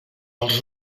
els